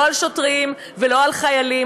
לא על שוטרים ולא על חיילים.